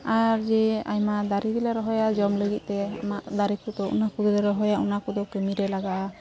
ᱟᱨ ᱡᱮ ᱟᱭᱢᱟ ᱫᱟᱨᱮᱜᱮᱞᱮ ᱨᱚᱦᱚᱭᱟ ᱡᱚᱢ ᱞᱟᱹᱜᱤᱫᱛᱮ ᱚᱱᱟ ᱫᱟᱨᱮᱠᱚᱫᱚ ᱤᱱᱟᱹᱠᱚᱜᱮᱞᱮ ᱨᱚᱦᱚᱭᱟ ᱚᱱᱟᱠᱚᱫᱚ ᱠᱟᱹᱢᱤᱨᱮ ᱞᱟᱜᱟᱼᱟ